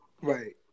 Right